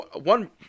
one